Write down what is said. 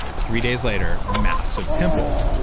three days later, massive pimples.